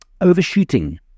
Overshooting